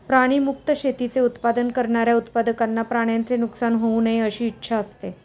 प्राणी मुक्त शेतीचे उत्पादन करणाऱ्या उत्पादकांना प्राण्यांचे नुकसान होऊ नये अशी इच्छा असते